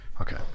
okay